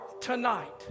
tonight